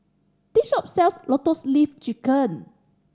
this shop sells Lotus Leaf Chicken